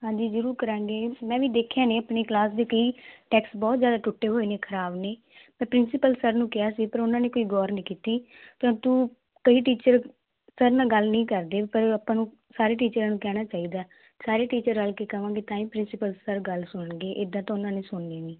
ਹਾਂਜੀ ਜ਼ਰੂਰ ਕਰਾਂਗੇ ਮੈਂ ਵੀ ਦੇਖਿਆ ਨੇ ਆਪਣੀ ਕਲਾਸ ਦੇ ਕਈ ਡੈਕਸ ਬਹੁਤ ਜਿਆਦਾ ਟੁੱਟੇ ਹੋਏ ਨੇ ਖ਼ਰਾਬ ਨੇ ਅਤੇ ਪ੍ਰਿੰਸੀਪਲ ਸਰ ਨੂੰ ਕਿਹਾ ਸੀ ਪਰ ਉਹਨਾਂ ਨੇ ਕੋਈ ਗੌਰ ਨਹੀਂ ਕੀਤੀ ਪ੍ਰੰਤੂ ਕਈ ਟੀਚਰ ਸਰ ਨਾਲ ਗੱਲ ਨਹੀਂ ਕਰਦੇ ਆਪਾਂ ਨੂੰ ਸਾਰੇ ਟੀਚਰਾਂ ਨੂੰ ਕਹਿਣਾ ਚਾਹੀਦਾ ਸਾਰੇ ਟੀਚਰ ਰਲ ਕੇ ਕਹਾਂਗੇ ਪ੍ਰਿੰਸੀਪਲ ਸਰ ਗੱਲ ਸੁਣਨਗੇ ਇੱਦਾਂ ਤਾਂ ਉਹਨਾਂ ਨੇ ਸੁਣਨੀ ਨਹੀਂ